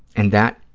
and that,